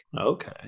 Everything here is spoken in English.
Okay